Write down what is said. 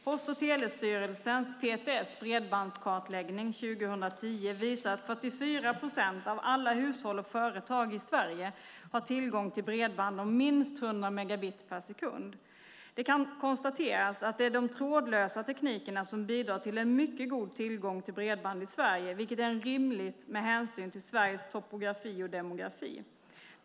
Post och telestyrelsens, PTS, bredbandskartläggning 2010 visar att 44 procent av alla hushåll och företag i Sverige har tillgång till bredband om minst 100 megabit per sekund. Det kan konstateras att det är de trådlösa teknikerna som bidrar till en mycket god tillgång till bredband i Sverige, vilket är rimligt med hänsyn till Sveriges topografi och demografi.